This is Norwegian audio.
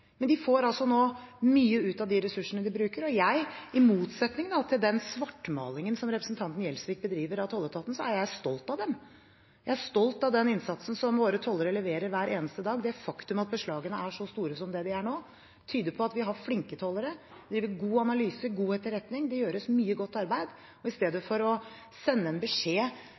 Men de får nå mye ut av de ressursene vi bruker, og i motsetning til den svartmalingen av tolletaten som representanten Gjelsvik bedriver, er jeg stolt av den. Jeg er stolt av den innsatsen våre tollere gjør hver eneste dag. Det faktum at beslagene er så store som det de er nå, tyder på at vi har flinke tollere. De driver god analyse og god etterretning. Det gjøres mye godt arbeid, og i stedet for å sende en beskjed